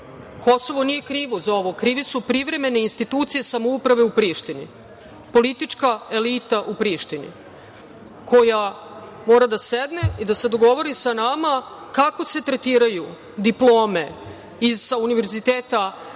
Kosovo nije krivo za ovo. Krive su privremene institucije samouprave u Prištini, politička elita u Prištini, koja mora da sedne i da se dogovori sa nama kako se tretiraju diplome i sa Univerziteta u